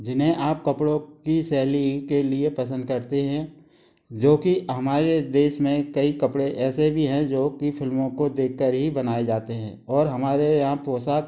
जिन्हें आप कपड़ों की शैली के लिए पसंद करते हैं जो कि हमारे देश में कई कपड़े ऐसे भी हैं जो कि फिल्मों को देखकर ही बनाए जाते हैं और हमारे यहाँ पोशाक